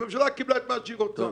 הממשלה קיבלה את מה שהיא רוצה.